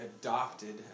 adopted